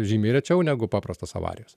žymiai rečiau negu paprastos avarijos